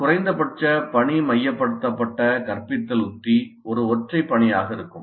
ஒரு குறைந்தபட்ச பணி மையப்படுத்தப்பட்ட கற்பித்தல் உத்தி ஒரு ஒற்றைப் பணியாக இருக்கும்